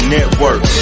Network